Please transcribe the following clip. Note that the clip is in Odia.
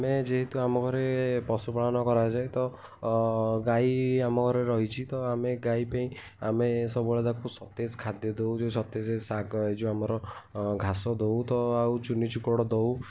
ଆମେ ଯେହେତୁ ଆମଘରେ ପଶୁପାଳନ କରାଯାଏ ତ ଗାଈ ଆମ ଘରେ ରହିଛି ତ ଆମେ ଗାଈ ପାଇଁ ଆମେ ସବୁବେଳେ ତାକୁ ସତେଜ ଖାଦ୍ୟ ଦଉ ଯେଉଁ ସତେଜ ଶାଗ ଯେଉଁ ଆମର ଘାସ ଦେଉ ତ ଆଉ ଚୁନି ଚୋକଡ଼ ଦେଉ